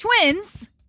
twins